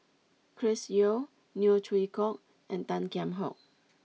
Chris Yeo Neo Chwee Kok and Tan Kheam Hock